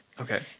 Okay